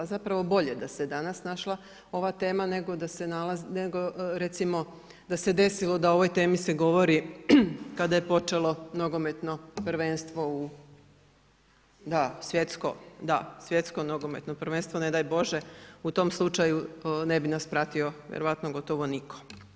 Zapravo bolje da se danas našla ova tema nego recimo da se desilo da o ovoj temi se govori kada je počelo nogometno prvenstvo u, da svjetsko, svjetsko nogometno prvenstvo, ne daj Bože u tom slučaju ne bi nas pratio vjerojatno gotovo nitko.